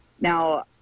Now